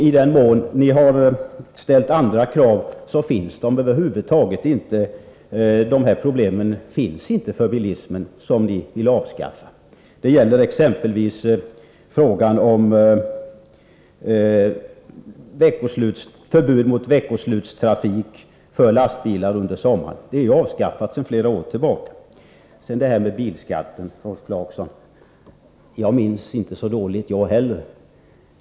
I den mån ni har ställt andra krav, finns över huvud taget inte de problem för bilismen som ni vill avskaffa. Detta gäller exempelvis frågan om förbud mot veckoslutstrafik med lastbilar under sommaren. Detta är ju avskaffat sedan flera år tillbaka. Sedan har vi det där med bilskatten, Rolf Clarkson. Jag minns inte så dåligt, jag heller.